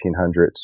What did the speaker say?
1800s